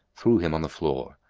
threw him on the floor.